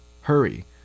Hurry